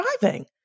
driving